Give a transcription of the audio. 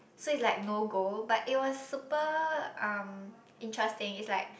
so it's like no go but it was super um interesting it's like